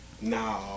No